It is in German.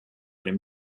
dem